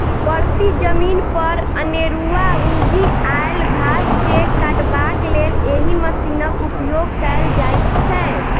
परती जमीन पर अनेरूआ उगि आयल घास के काटबाक लेल एहि मशीनक उपयोग कयल जाइत छै